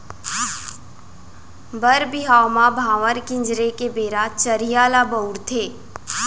बर बिहाव म भांवर किंजरे के बेरा चरिहा ल बउरथे